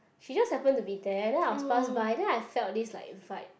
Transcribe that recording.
she just happened to be there then I was passed by then I felt this like a vibe